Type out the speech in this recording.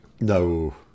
No